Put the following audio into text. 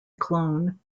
clone